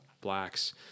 blacks